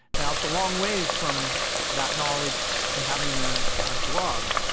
now it's a long ways from that knowledge to having ah a drug,